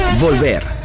Volver